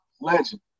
Legend